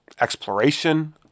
exploration